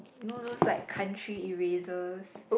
no no it's like country erasers